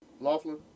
Laughlin